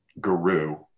guru